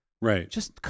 Right